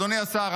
אדוני השר,